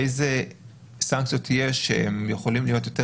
איזה סנקציות יש שהן יכולות להיות יותר